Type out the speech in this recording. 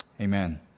Amen